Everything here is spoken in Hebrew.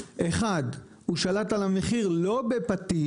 1. הוא שלט על המחיר לא בפטיש,